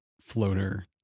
floater